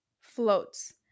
floats